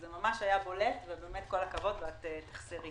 זה ממש היה בולט וכל הכבוד ואת תחסרי,